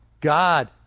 God